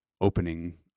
opening